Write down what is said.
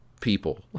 people